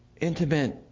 intimate